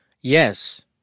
Yes